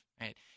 right